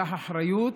קח אחריות,